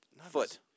Foot